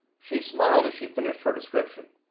she smiled as she finished her description.